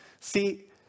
See